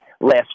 last